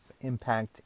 impact